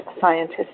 scientists